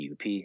EUP